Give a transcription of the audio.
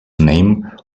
name